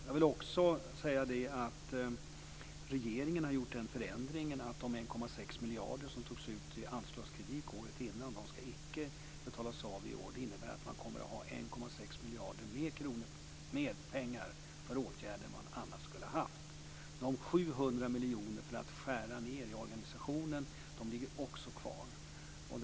Jag vill också säga att regeringen har gjort den förändringen att de 1,6 miljarder kronor som togs ut i anslagskredit året innan inte ska betalas av i år. Det innebär att man kommer att ha 1,6 miljarder kronor mer för åtgärder än man annars skulle ha haft. De 700 miljonerna för att skära ned i organisationen ligger också kvar.